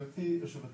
גבירתי יושבת הראש,